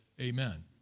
Amen